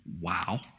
Wow